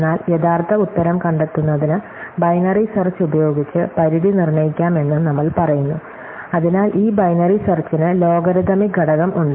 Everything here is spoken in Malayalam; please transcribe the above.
എന്നാൽ യഥാർത്ഥ ഉത്തരം കണ്ടെത്തുന്നതിന് ബൈനറി സേർച്ച് ഉപയോഗിച്ച് പരിധി നിർണ്ണയിക്കാമെന്നും നമ്മൾ പറയുന്നു അതിനാൽ ഈ ബൈനറി സെർച്ചിന് ലോഗരിഥമിക് ഘടകം ഉണ്ട്